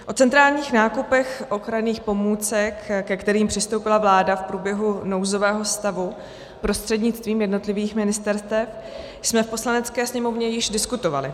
O centrálních nákupech ochranných pomůcek, ke kterým přistoupila vláda v průběhu nouzového stavu prostřednictvím jednotlivých ministerstev, jsme v Poslanecké sněmovně již diskutovali.